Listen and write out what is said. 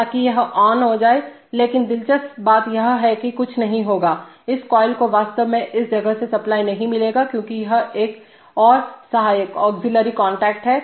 ताकि यह ऑन हो जाए लेकिन दिलचस्प बात यह है कि कुछ नहीं होगा इस कॉइल को वास्तव में इस जगह से सप्लाई नहीं मिलेगा क्योंकि यह एक और सहायक ऑग्ज़ीलियरी कॉन्टैक्ट है